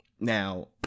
Now